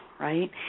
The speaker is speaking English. Right